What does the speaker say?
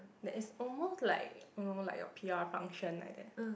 that is almost like you know like your p_r function like that